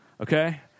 Okay